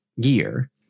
gear